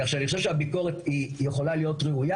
כך שאני חושב שהביקורת יכולה להיות ראויה